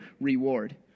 reward